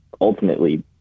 ultimately –